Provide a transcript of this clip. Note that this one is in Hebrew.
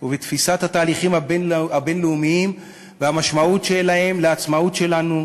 ובתפיסת התהליכים הבין-לאומיים והמשמעות שלהם לעצמאות שלנו,